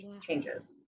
changes